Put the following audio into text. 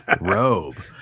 Robe